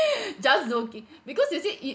just joking because you say it